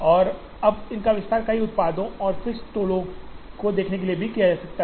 और अब इनका विस्तार कई उत्पादों और फिक्स्ड टोलों को देखने के लिए भी किया जा सकता है